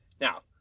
Now